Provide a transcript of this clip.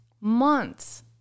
months